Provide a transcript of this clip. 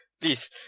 Please